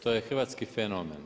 To je Hrvatski fenomen.